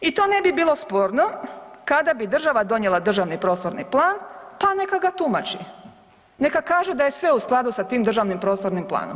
I to ne bi bilo sporno kada bi država donijela državni prostorni plan pa neka ga tumači, neka kaže da je sve u skladu sa tim državnim prostornim planom.